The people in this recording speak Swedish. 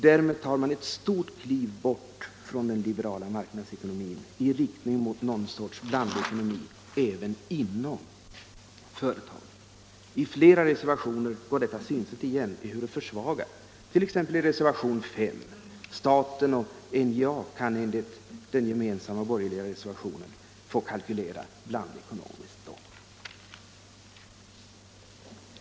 Därmed tar man ett stort kliv bort från den liberala marknadsekonomin i riktning mot någon sorts blandekonomi även inom företagen. I flera reservationer går detta synsätt igen, ehuru försvagat, t.ex. i reservation 5 vid näringsutskottets betänkande nr 30. Staten och NJA kan enligt den gemensamma borgerliga reservationen få kalkylera blandekonomiskt.